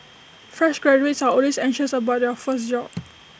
fresh graduates are always anxious about their first job